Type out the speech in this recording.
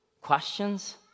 Questions